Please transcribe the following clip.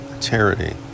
charity